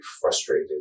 frustrated